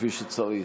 כפי שצריך.